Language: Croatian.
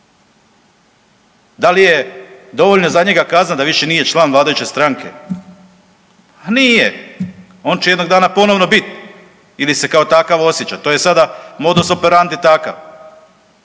Da li je dovoljna za njega kazna da više nije član vladajuće stranke? Pa nije. On će jednog dana ponovno biti ili se kao takav osjećati, to je sada modus operandi takav.